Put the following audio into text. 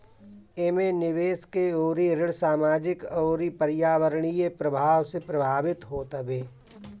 एमे निवेश अउरी ऋण सामाजिक अउरी पर्यावरणीय प्रभाव से प्रभावित होत हवे